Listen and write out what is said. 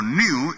new